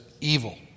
evil